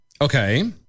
Okay